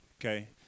Okay